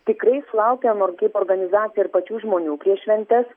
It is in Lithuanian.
tikrai sulaukiam or kaip organizacija ir pačių žmonių prieš šventes